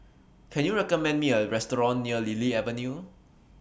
Can YOU recommend Me A Restaurant near Lily Avenue